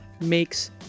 makes